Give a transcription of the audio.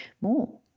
more